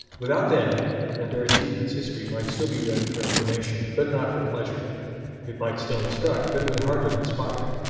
without them and their achievements history might still be read for information, but not for pleasure it might still instruct, but it would hardly inspire.